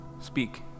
Speak